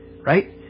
right